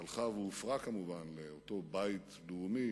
שהלכה והופרה כמובן, לאותו בית לאומי